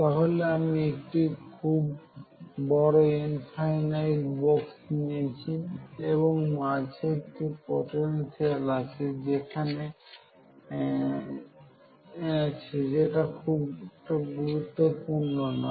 তাহলে আমি একটা খুব বড় ইনফাইনাইট বক্স নিয়েছি এবং তার মাঝে একটা পোটেনশিয়াল আছে যেটা খুব একটা গুরুত্বপূর্ণ নয়